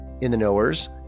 in-the-knowers